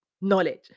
knowledge